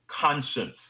conscience